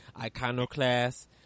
Iconoclast